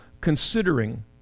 considering